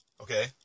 okay